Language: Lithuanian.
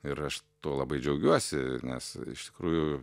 ir aš tuo labai džiaugiuosi nes iš tikrųjų